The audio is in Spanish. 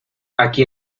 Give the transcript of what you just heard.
aquí